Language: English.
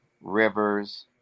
rivers